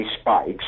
spikes